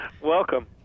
Welcome